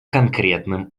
конкретным